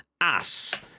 ass